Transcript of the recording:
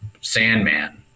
Sandman